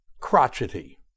crotchety